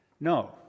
No